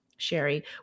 Sherry